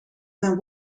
mijn